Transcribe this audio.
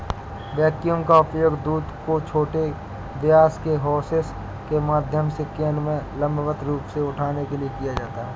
vacuum का उपयोग दूध को छोटे व्यास के होसेस के माध्यम से कैन में लंबवत रूप से उठाने के लिए किया जाता है